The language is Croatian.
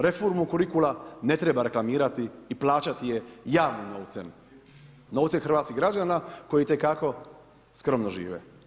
Reformu karakula ne treba reklamirati i plaćati je javnim novcem, novcem hrvatskih građana koji itekako skromno žive.